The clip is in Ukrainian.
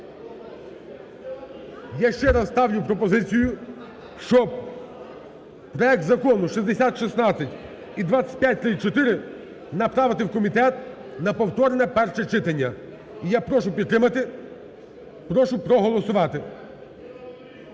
Я ще раз ставлю пропозицію, щоб проект Закону 6016 і 2534 направити в комітет на повторне перше читання. І я прошу підтримати, прошу проголосувати.